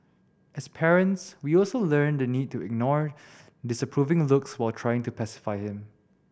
as parents we also learn the need to ignore disapproving looks while trying to pacify him